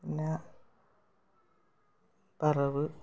പിന്നെ വറവ്